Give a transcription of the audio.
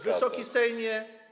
Wysoki Sejmie!